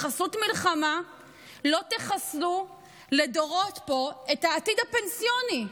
בחסות מלחמה לא תחסלו לדורות פה את העתיד פנסיוני.